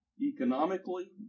economically